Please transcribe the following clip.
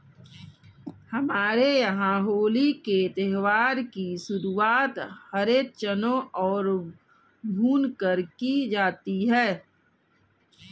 हमारे यहां होली के त्यौहार की शुरुआत हरे चनों को भूनकर की जाती है